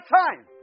time